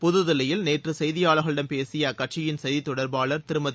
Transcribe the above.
புதுதில்லியில் நேற்று செய்தியாளர்களிடம் பேசிய அக்கட்சியின் செய்தித் தொடர்பாளர் திருமதி